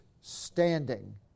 standing